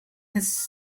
his